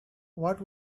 what